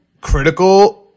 critical